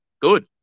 good